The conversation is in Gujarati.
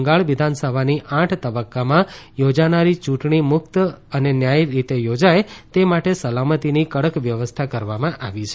બંગાળ વિધાનસભાની આઠ તબક્કામાં યોજાનારી યૂંટણી મુક્ત અન્ય ન્યાયી રીતે યોજાય તે માટે સલામતીની કડક વ્યવસ્થા કરવામાં આવી છે